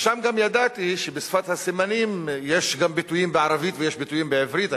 שם גם ידעתי שבשפת הסימנים יש גם ביטויים בערבית ויש ביטויים בעברית,